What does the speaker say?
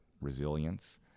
resilience